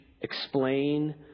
explain